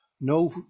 no